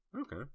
Okay